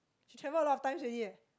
she travel a lot of times already eh